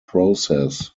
process